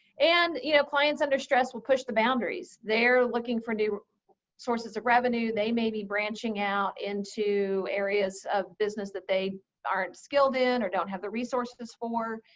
and you know, clients under stress will push the boundaries. they're looking for new sources of revenue. they may be branching out into areas of business that they aren't skilled in or don't have the resources for,